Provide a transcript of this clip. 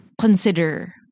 consider